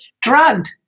drugged